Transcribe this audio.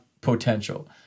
potential